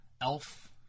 elf